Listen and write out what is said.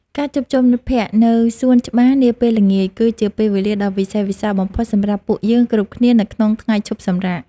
ការជួបជុំមិត្តភក្តិនៅសួនច្បារនាពេលល្ងាច គឺជាពេលវេលាដ៏វិសេសវិសាលបំផុតសម្រាប់ពួកយើងគ្រប់គ្នានៅក្នុងថ្ងៃឈប់សម្រាក។